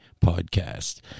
podcast